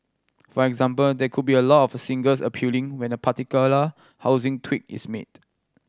for example there could be a lot of singles appealing when a particular housing tweak is made